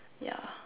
yeah